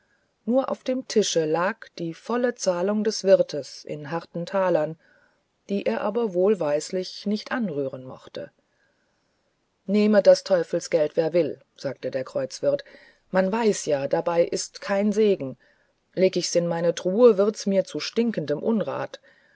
nut auf dem tische lag die volle zahlung des wirts in harten talern die er aber wohlweislich nicht anrühren mochte nehme das teufelsgeld wer will sagte der kreuzwirt man weiß ja dabei ist kein segen leg ich's in meine truhe wird es mir zu stinkendem unrat